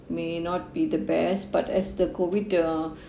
may not be the best but as the COVID uh